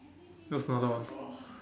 that's another one